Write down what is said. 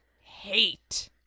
hate